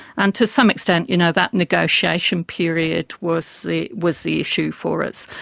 and to some extent you know that negotiation period was the was the issue for us.